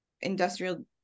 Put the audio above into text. industrial